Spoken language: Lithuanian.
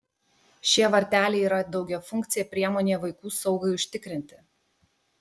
šie varteliai yra daugiafunkcė priemonė vaikų saugai užtikrinti